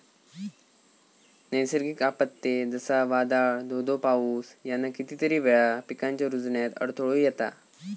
नैसर्गिक आपत्ते, जसा वादाळ, धो धो पाऊस ह्याना कितीतरी वेळा पिकांच्या रूजण्यात अडथळो येता